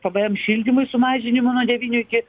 pvm šildymui sumažinimo nuo devynių iki